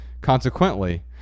consequently